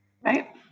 Right